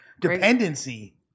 dependency